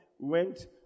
Went